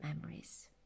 memories